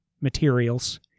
materials